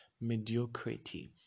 mediocrity